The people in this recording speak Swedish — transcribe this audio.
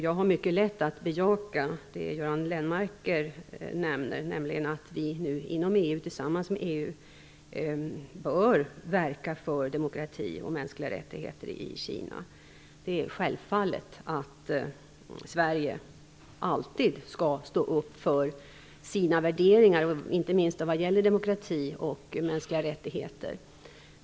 Jag har mycket lätt att bejaka det Göran Lennmarker nämner, nämligen att vi nu inom EU bör verka för demokrati och mänskliga rättigheter i Kina. Det är självklart att Sverige alltid skall stå upp för sina värderingar, inte minst när det gäller demokrati och mänskliga rättigheter.